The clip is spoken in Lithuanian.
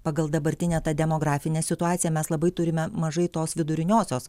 pagal dabartinę tą demografinę situaciją mes labai turime mažai tos viduriniosios